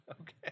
Okay